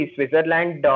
Switzerland